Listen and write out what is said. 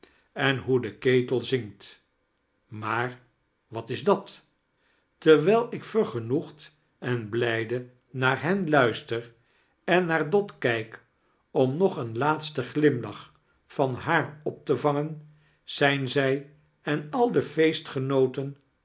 en hoe de ketel zingt maar wat is dat terwijl ik vergenoegd en blrjde naar hen luister en naar dot kijk om nog een laatsten glimlaoh van haar op te va ngen zijn zq en al de